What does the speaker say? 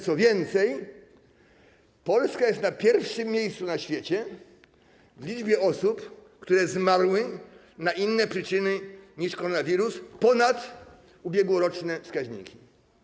Co więcej, Polska jest na pierwszym miejscu na świecie w liczbie osób, które zmarły z innych przyczyn niż koronawirus ponad ubiegłoroczne wskaźniki.